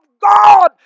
God